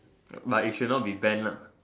but it should not be banned lah